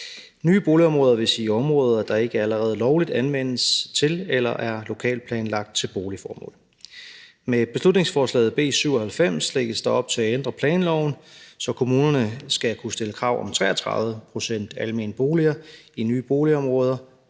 Nye boligområder vil sige områder, der ikke allerede lovligt anvendes til eller er lokalplanlagt til boligformål. Med beslutningsforslag B 97 lægges der op til at ændre planloven, så kommunerne skal kunne stille krav om 33 pct. almene boliger i nye boligområder